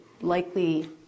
likely